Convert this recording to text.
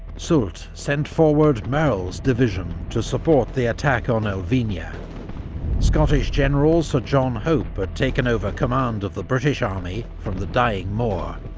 soult sent forward merle's division to support the attack on elvina scottish general sir john hope had but taken over command of the british army from the dying moore,